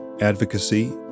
advocacy